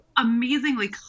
amazingly